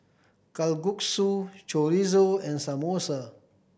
Kalguksu Chorizo and Samosa